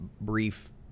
brief